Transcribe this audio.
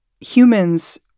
humans